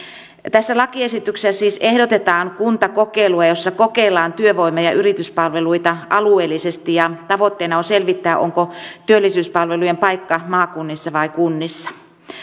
tässä lakiesityksessä siis ehdotetaan kuntakokeilua jossa kokeillaan työvoima ja yrityspalveluita alueellisesti ja tavoitteena on selvittää onko työllisyyspalvelujen paikka maakunnissa vai kunnissa